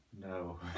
No